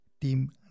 team